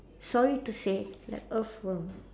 sorry to say like earthworm